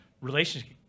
relationship